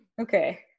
Okay